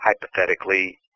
hypothetically